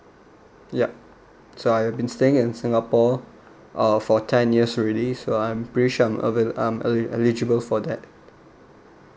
yup so I've been staying in singapore uh for ten years already so I'm pretty sure I'm available um e~ eligible for that